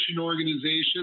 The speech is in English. organization